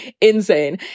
insane